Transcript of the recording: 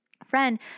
Friend